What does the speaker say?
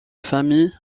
famille